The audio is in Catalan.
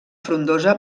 frondosa